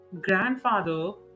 Grandfather